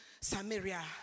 Samaria